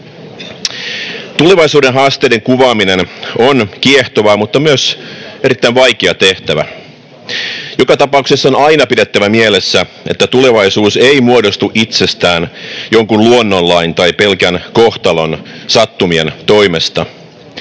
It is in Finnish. Tulevaisuuden haasteiden kuvaaminen on kiehtova mutta myös erittäin vaikea tehtävä. Joka tapauksessa on aina pidettävä mielessä, että tulevaisuus ei muodostu itsestään jonkun luonnonlain, pelkän kohtalon tai sattumien toimesta.